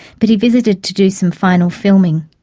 but he visited to do some final filming.